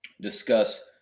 discuss